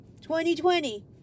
2020